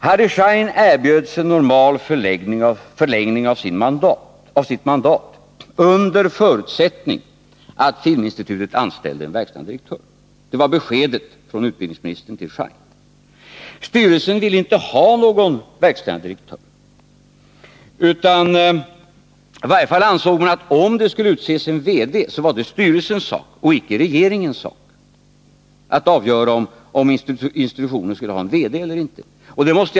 Harry Schein erbjöds en normal förlängning av sitt mandat under förutsättning att Filminstitutet anställde en verkställande direktör — det var beskedet från utbildningsministern till Schein. Styrelsen ville inte ha någon verkställande direktör. I varje fall ansåg man att det var styrelsens sak och inte regeringens att avgöra om institutet skulle ha en VD eller inte.